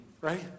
Right